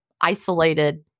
isolated